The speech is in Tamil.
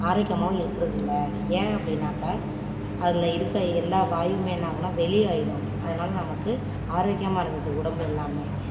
ஆரோக்கியமாகவும் இருக்கிறதில்ல ஏன் அப்படினாக்கா அதில் இருக்கிற எல்லா வாயுமே என்ன ஆகுன்னா வெளியாயிடும் அதனால் நமக்கு ஆரோக்கியமாக இருந்தது உடம்பு எல்லாமே